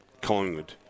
Collingwood